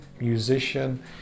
musician